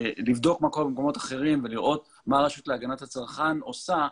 לבדוק מה קורה במקומות אחרים ולראות מה הרשות להגנת הצרכן עושה,